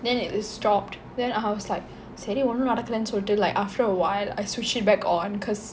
then it stopped then I was like சரி ஒன்னும் நடக்கலேன்னு சொல்லிட்டு:seri onnum nadakkalennu sollitu like after awhile I switched it back on cause